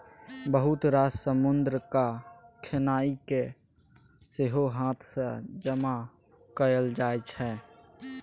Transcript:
बहुत रास समुद्रक खेनाइ केँ सेहो हाथ सँ जमा कएल जाइ छै